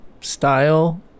Style